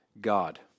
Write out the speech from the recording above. God